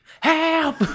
help